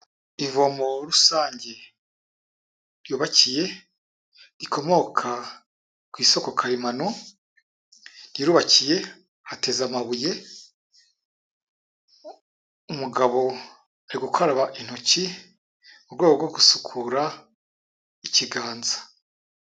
Ivomo rusange ryubakiye rikomoka ku isoko karemano, rirubakiye hateze amabuye, umugabo ari gukaraba intoki mu rwego rwo gusukura ikiganza.